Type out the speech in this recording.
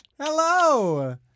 hello